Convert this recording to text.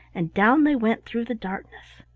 and down they went through the darkness.